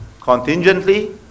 contingently